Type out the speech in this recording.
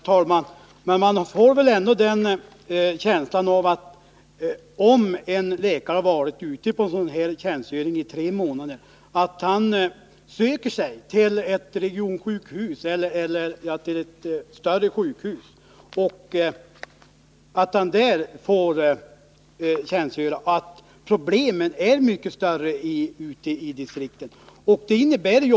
Herr talman! Man får väl ändå känslan av att läkare som varit ute på sådan här tjänstgöring i tre månader sedan ofta söker sig till ett regionsjukhus eller ett annat större sjukhus och får tjänstgöra där. Problemen är mycket större ute i distrikten.